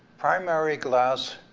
primary glass,